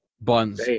Buns